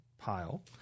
pile